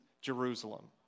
Jerusalem